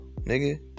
nigga